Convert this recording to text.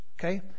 okay